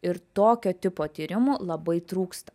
ir tokio tipo tyrimų labai trūksta